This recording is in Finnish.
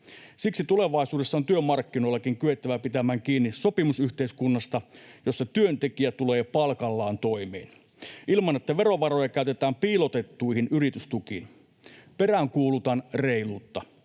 Siksi tulevaisuudessa on työmarkkinoillakin kyettävä pitämään kiinni sopimusyhteiskunnasta, jossa työntekijä tulee palkallaan toimeen, ilman että verovaroja käytetään piilotettuihin yritystukiin. Peräänkuulutan reiluutta.